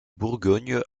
bourgogne